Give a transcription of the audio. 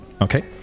okay